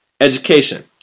education